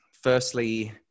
Firstly